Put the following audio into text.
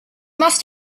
must